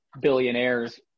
billionaires